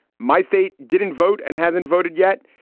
my state didn't vote and hasn't voted yet.